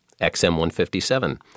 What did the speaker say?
XM157